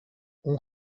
اون